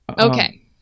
Okay